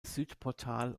südportal